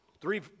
three